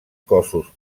cossos